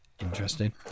interesting